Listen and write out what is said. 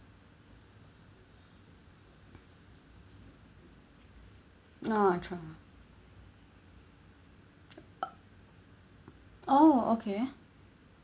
ah uh oh okay